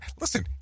Listen